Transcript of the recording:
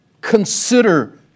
consider